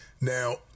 Now